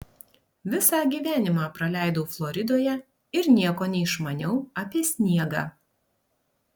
visą gyvenimą praleidau floridoje ir nieko neišmanau apie sniegą